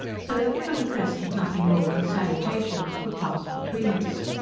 so that for the present nothing more than salutations could pass between us.